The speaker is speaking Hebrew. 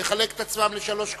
לחלק את עצמם לשלוש קבוצות.